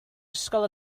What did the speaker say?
ysgol